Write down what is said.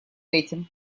этим